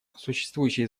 существующие